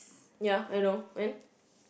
ya I know then